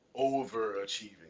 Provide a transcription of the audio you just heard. overachieving